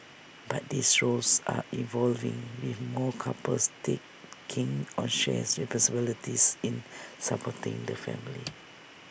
but these roles are evolving with more couples taking on shared responsibilities in supporting the family